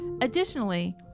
Additionally